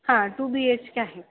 हां two B H K आहे